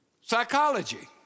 psychology